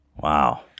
Wow